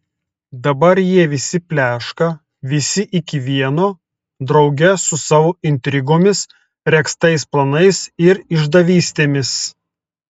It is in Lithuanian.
dabar jie visi pleška visi iki vieno drauge su savo intrigomis regztais planais ir išdavystėmis